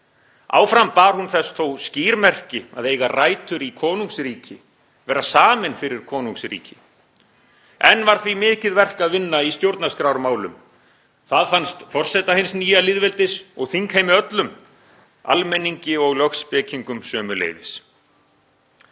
Áfram bar hún þess þó skýr merki að eiga rætur í konungsríki, vera samin fyrir konungsríki. Enn var því mikið verk að vinna í stjórnarskrármálum. Það fannst forseta hins nýja lýðveldis og þingheimi öllum, almenningi og lögspekingum sömuleiðis.